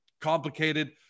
complicated